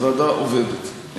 הוועדה עובדת.